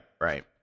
right